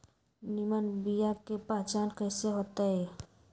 निमन बीया के पहचान कईसे होतई?